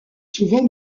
souvent